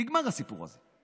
נגמר הסיפור הזה.